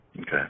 Okay